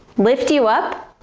lift you up,